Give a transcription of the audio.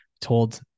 told